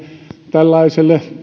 tällaiselle